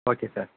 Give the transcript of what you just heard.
okay sir